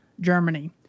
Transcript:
Germany